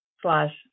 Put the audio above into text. slash